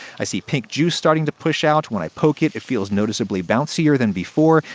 i see pink juice starting to push out. when i poke it, it feels noticeably bouncier than before.